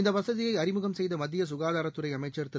இந்த வசதியை அறிமுகம் செய்த மத்திய சுகாதாரத் துறை அமைச்சர் திரு